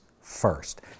first